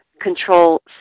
control